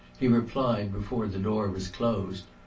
he replied before the door was closed.